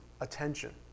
attention